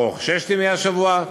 או ששת ימי השבוע,